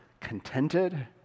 contented